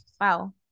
wow